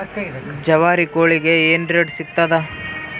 ಜವಾರಿ ಕೋಳಿಗಿ ಏನ್ ರೇಟ್ ಸಿಗ್ತದ?